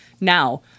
Now